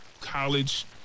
college